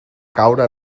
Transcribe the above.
caure